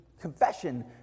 confession